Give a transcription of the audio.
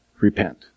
repent